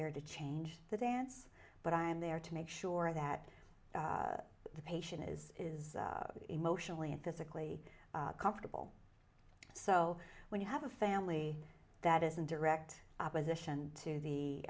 there to change the dance but i am there to make sure that the patient is is emotionally and physically comfortable so when you have a family that is in direct opposition to the